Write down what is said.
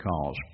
calls